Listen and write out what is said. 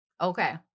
okay